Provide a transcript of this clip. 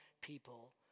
people